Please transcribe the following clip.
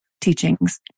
teachings